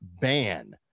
ban